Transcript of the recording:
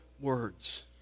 words